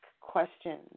questions